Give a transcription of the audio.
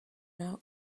not